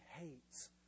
hates